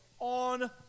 On